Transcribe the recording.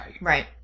Right